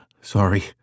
sorry